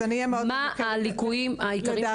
מהם הליקויים העיקריים?